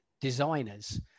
designers